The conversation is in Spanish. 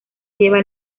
lleva